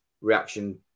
reaction